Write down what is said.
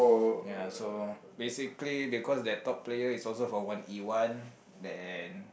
ya so basically because that top player is also from one E one then